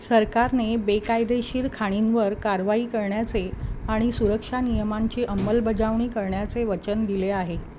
सरकारने बेकायदेशीर खाणींवर कारवाई करण्याचे आणि सुरक्षा नियमांची अंमलबजावणी करण्याचे वचन दिले आहे